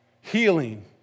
Healing